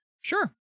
Sure